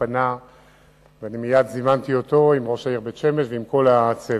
שפנה ומייד זימנתי אותו עם ראש העיר בית-שמש ועם כל הצוות.